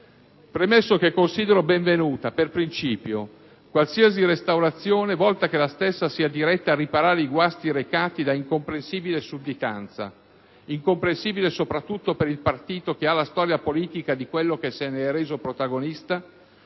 Premetto che considero benvenuta per principio qualsiasi restaurazione volta a riparare i guasti recati da incomprensibile sudditanza, soprattutto per un partito che ha la storia politica di quello che se ne è reso protagonista,